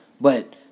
but-